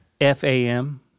F-A-M